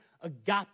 agape